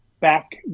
back